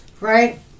Right